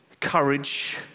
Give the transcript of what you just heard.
courage